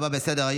בעד,